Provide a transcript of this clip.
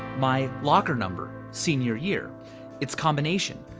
my locker number senior year its combination,